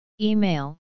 Email